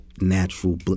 natural